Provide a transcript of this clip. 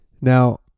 Now